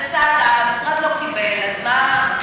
אז הצעת, המשרד לא קיבל, אז מה יצא מזה?